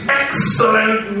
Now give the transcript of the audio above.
excellent